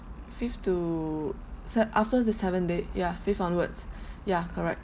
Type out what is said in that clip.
fifth to se~ after the seven day yeah fifth onwards ya correct